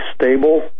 stable